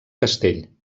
castell